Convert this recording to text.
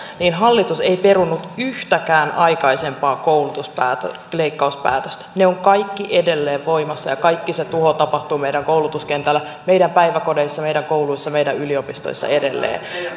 niin hallitus ei perunut yhtäkään aikaisempaa koulutusleikkauspäätöstä ne ovat kaikki edelleen voimassa ja kaikki se tuho tapahtuu edelleen meidän koulutuskentällämme meidän päiväkodeissamme meidän kouluissamme meidän yliopistoissamme